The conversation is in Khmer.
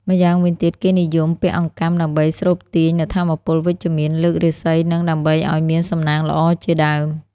ម្យ៉ាងវិញទៀតគេនិយមពាក់អង្កាំដើម្បីស្រូបទាញនូវថាមពលវិជ្ជមាន លើករាសីនិងដើម្បីឲ្យមានសំណាងល្អជាដើម។